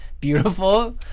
beautiful